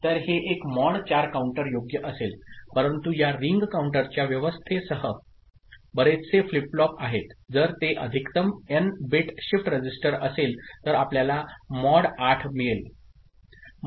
तर हे एक मॉड 4 काउंटर योग्य असेल परंतु या रिंग काउंटरच्या व्यवस्थेसह बरेचसे फ्लिप फ्लॉप आहेत जर ते अधिकतम एन बिट शिफ्ट रजिस्टर असेल तर आपल्याला मॉड 8 मिळेल मॉड एन गणना ठीक आहे